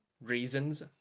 reasons